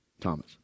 Thomas